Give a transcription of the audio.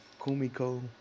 Kumiko